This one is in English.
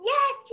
Yes